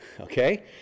okay